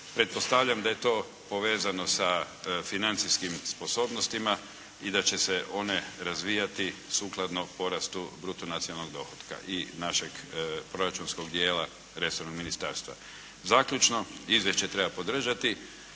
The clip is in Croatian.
Pretpostavljam da je to povezano sa financijskim sposobnostima i da će se one razvijati sukladno porastu bruto nacionalnog dohotka i našeg proračunskog dijela resornog ministarstva. Zaključno. Izvješće treba podržati,